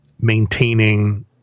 maintaining